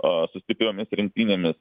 aaa su stipriomis rinktinėmis